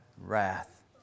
wrath